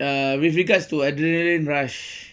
uh with regards to adrenaline rush